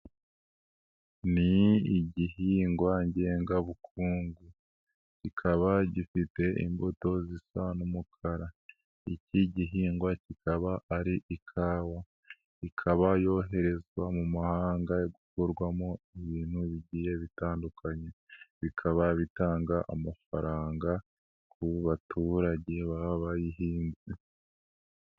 Ni igihingwa ngengabukungu kikaba gifite imbuto zisa umukara, iki gihingwa kikaba ari ikawa, ikaba yoherezwa mu mahanga gukumo ibintu bigiye bitandukanye bikaba bitanga amafaranga ku baturage baba bayihinze.